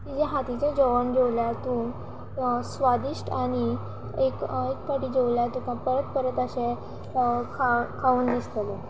तिचे हातीचे जेवण जेवल्या तूं स्वादिश्ट आनी एक एक पाटी जेवल्यार तुका परत परत अशें खाव खावन दिसतले